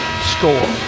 score